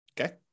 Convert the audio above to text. okay